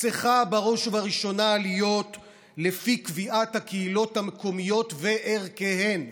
צריכה בראש ובראשונה להיות לפי קביעות הקהילות המקומיות וערכיהן.